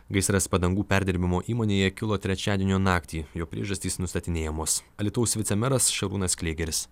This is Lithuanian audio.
gaisras padangų perdirbimo įmonėje kilo trečiadienio naktį jo priežastys nustatinėjamos alytaus vicemeras šarūnas klėgeris